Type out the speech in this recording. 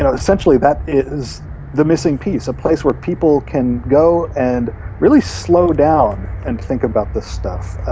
ah essentially that is the missing piece, a place where people can go and really slow down and think about this stuff. ah